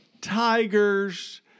Tigers